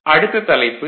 அடுத்த தலைப்பு டி